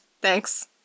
Thanks